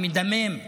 המדמם,